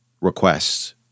requests